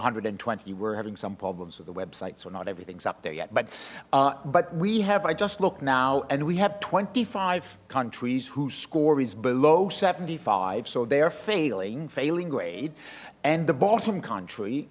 hundred and twenty we're having some problems with the website so not everything's up there yet but but we have i just look now and we have twenty five countries who score is below seventy five so they are failing failing grade and the bottom country